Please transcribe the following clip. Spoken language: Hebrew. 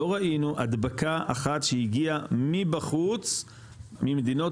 לא ראינו הדבקה אחת שהגיעה מבחוץ ממדינות